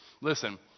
Listen